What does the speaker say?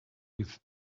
with